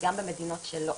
וגם במדינות שלא.